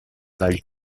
dal